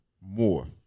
more